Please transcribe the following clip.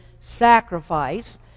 sacrifice